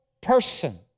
person